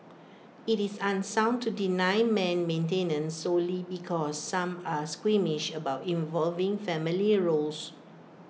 IT is unsound to deny men maintenance solely because some are squeamish about evolving family roles